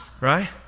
Right